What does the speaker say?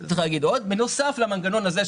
בנוסף למנגנון הזה,